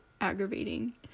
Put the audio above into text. aggravating